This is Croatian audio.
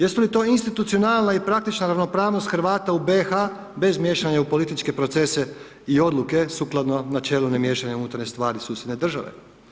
Jesu li to institucionalna i praktična ravnopravnost Hrvata u BiH bez miješanja u političke procese i odluke sukladno načelu nemiješanja u unutarnje stvari susjedne države?